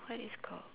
what is called